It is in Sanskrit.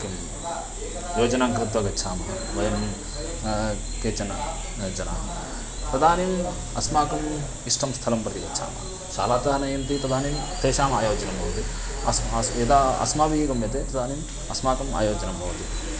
किं योजनां कृत्वा गच्छामः वयं केचन जनाः तदानीम् अस्माकम् इष्टं स्थलं प्रति गच्छामः शालातः नयन्ति तदानीं तेषाम् आयोजनं भवति अस्ति अस्ति यदा अस्माभिः गम्यते तदानीम् अस्माकम् आयोजनं भवति